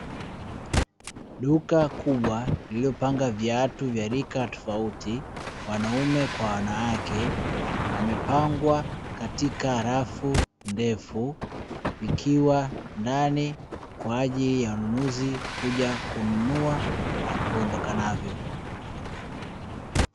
Duka kubwa lililopanga viatu vya rika tofauti, wanaume kwa wanawake, na yamepangwa katika rafu ndefu, ikiwa ndani kwa ajili ya wanuuzi kuja kununua na kuondoka navyo.